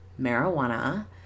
marijuana